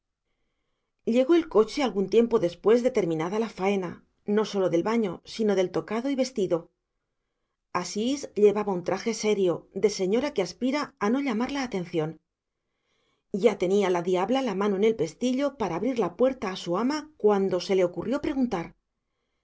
llegó el coche algún tiempo después de terminada la faena no sólo del baño sino del tocado y vestido asís llevaba un traje serio de señora que aspira a no llamar la atención ya tenía la diabla la mano en el pestillo para abrir la puerta a su ama cuando se le ocurrió preguntar